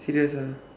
serious ah